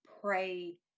pray